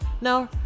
no